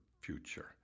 future